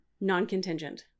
non-contingent